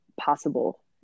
possible